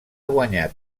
guanyat